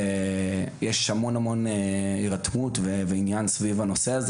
יש המון הירתמות וענין סביב הנושא הזה